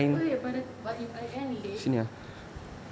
eh wai~ but if I end late